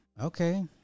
Okay